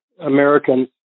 Americans